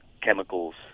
chemicals